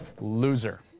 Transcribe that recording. Loser